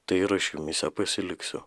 tai ir aš jumyse pasiliksiu